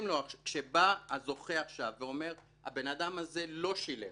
כשבא הזוכה ואומר: האדם הזה לא שילם